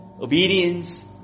Obedience